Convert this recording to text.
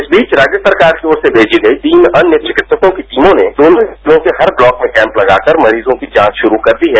इस बीच राज्य सरकार की ओर से भेजी गई तीन अन्य चिकित्सकों की टीमों ने दोनों जिलों के हर ब्लॉक में कैंप लगाकर मरीजों की जांच शुरू कर दी है